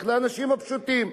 לאנשים הפשוטים.